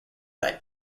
that